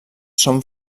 són